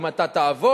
אם אתה תעבוד,